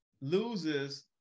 loses